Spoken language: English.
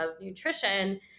nutrition